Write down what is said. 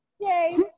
Yay